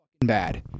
bad